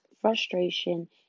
frustration